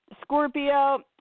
Scorpio